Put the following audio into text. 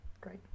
great